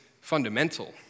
fundamental